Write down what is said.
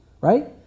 right